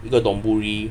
一个 donbori